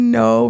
no